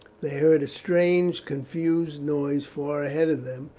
they heard a strange confused noise far ahead of them,